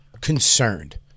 concerned